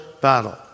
battle